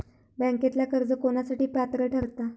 बँकेतला कर्ज कोणासाठी पात्र ठरता?